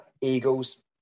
Eagles